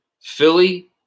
Philly